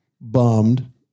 bummed